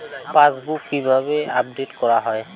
Passbook কিভাবে update করা হয়?